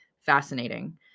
fascinating